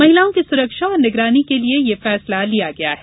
महिलाओं की सुरक्षा और निगरानी के लिए यह फैसला लिया गया है